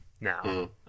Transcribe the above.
now